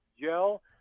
gel